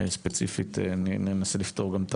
וספציפית ננסה לפתור גם את